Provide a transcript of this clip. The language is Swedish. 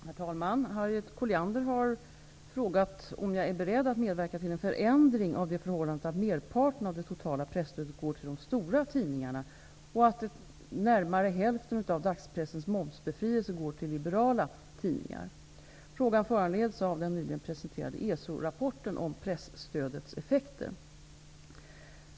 Herr talman! Harriet Colliander har frågat om jag är beredd att medverka till en förändring av det förhållandet att merparten av det totala presstödet går till de stora tidningarna och att närmare hälften av dagspressens momsbefrielse går till liberala tidningar. Frågan föranleds av den nyligen presenterade ESO-rapporten om presstödets effekter.